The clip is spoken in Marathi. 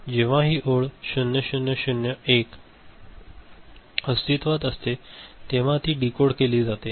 जेव्हा ही ओळ 0 0 0 1 अस्तित्वात असते तेव्हा ती डीकोड केली जाते